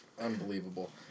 Unbelievable